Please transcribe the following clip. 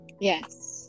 yes